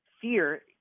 fear